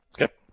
Okay